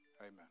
amen